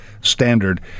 Standard